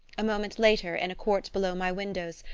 a moment later, in a court below my windows,